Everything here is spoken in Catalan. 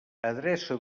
adreça